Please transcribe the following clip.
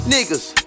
Niggas